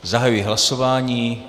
Zahajuji hlasování.